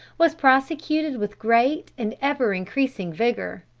was prosecuted with great and ever increasing vigor.